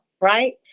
right